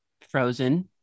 Frozen